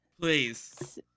please